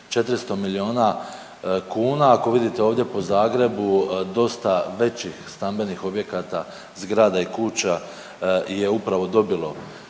400 milijuna kuna, ako vidite ovdje po Zagrebu dosta većih stambenih objekata, zgrada i kuća je upravo dobilo